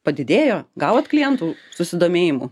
padidėjo gavot klientų susidomėjimų